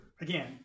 again